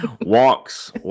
Walks